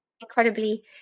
incredibly